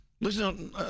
Listen